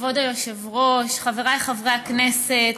כבוד היושב-ראש, חבריי חברי הכנסת,